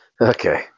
Okay